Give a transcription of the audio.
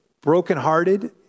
brokenhearted